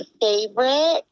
favorite